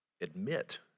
admit